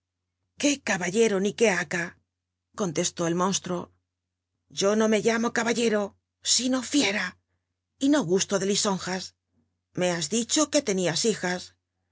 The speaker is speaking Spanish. caba llero ni qué baca l contestó el mónstruo yo no me llamo caballero sino fiera y no gusto de lisonjas me has dicho que tenias hijas